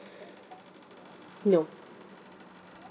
no